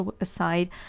aside